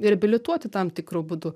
reabilituoti tam tikru būdu